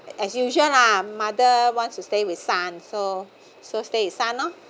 as usual lah mother wants to stay with son so so stay oh